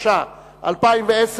התש"ע 2010,